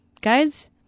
guys